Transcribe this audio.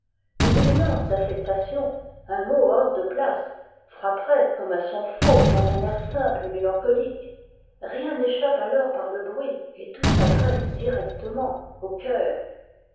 une nuance d'affectation un mot hors de place frapperait comme un son faux dans un air simple et mélancolique rien n'échappe alors par e bruit et tout s'adresse directement au cœur